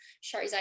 shows